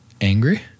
angry